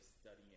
studying